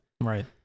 Right